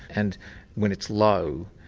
and when it's low,